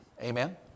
Amen